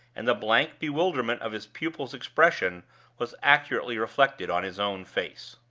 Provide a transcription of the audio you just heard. and the blank bewilderment of his pupil's expression was accurately reflected on his own face.